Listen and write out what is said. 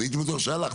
והייתי בטוח שהלכת.